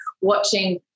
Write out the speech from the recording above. watching